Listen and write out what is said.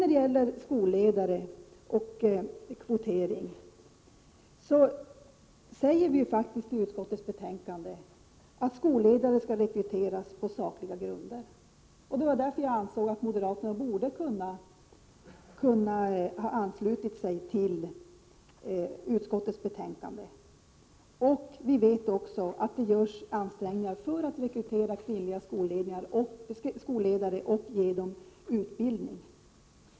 När det gäller skolledare och kvotering säger vi i utskottets betänkande att skolledare skall rekryteras på sakliga grunder. Det är därför jag anser att moderaterna borde ha kunnat ansluta sig till utskottsmajoritetens ställningstagande. Vi vet också att det görs ansträngningar för att rekrytera kvinnliga skolledare och ge dem utbildning.